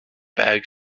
bag